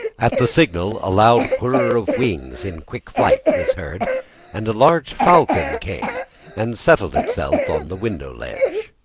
at the signal, a loud whirr of wings in quick flight was heard and a large falcon came and settled itself on the window ledge.